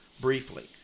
briefly